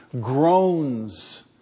groans